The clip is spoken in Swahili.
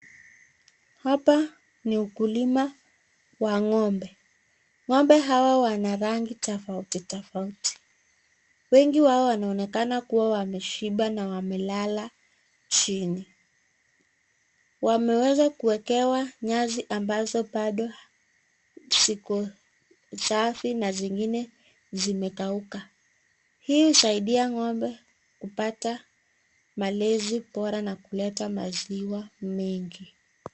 Hapa ni ukulima wa ng'ombe, ng'ombe hawa ni wa rangi tofauti tofauti. Wengi wao wanaonekana kuwa wameshiba na wamelala chini. Wameweza kuekewa nyazi ambazo bado ziko safi na zingine zimekauka. Hii husaidia ng'ombe kupata malezi bora na kuleta maziwa mingi.